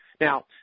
Now